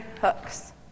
hooks